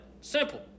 Simple